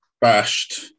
bashed